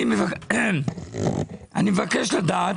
אני מבקש לדעת,